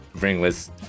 ringless